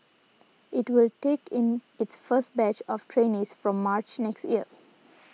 it will take in its first batch of trainees from March next year